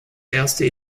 erste